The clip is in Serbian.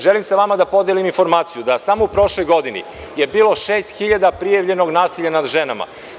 Želim sa vama da podelim informaciju da je samo u prošloj godini bilo 6.000 prijavljenog nasilja nad ženama.